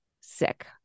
sick